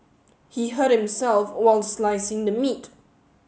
he hurt himself while slicing the meat